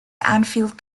anfield